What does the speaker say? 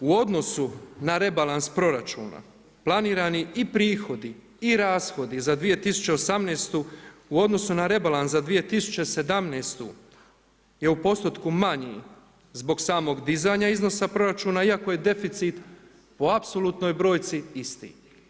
U odnosu na rebalans proračuna planirani i prihodi i rashodi za 2018. u odnosu na rebalans za 2017. je u postotku manji zbog samog dizanja iznosa proračuna, iako je deficit po apsolutnoj brojci isti.